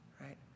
right